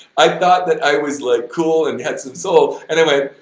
i thought that i was like cool and had some soul and i went,